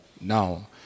now